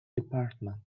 department